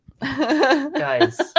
guys